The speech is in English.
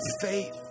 faith